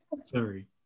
Sorry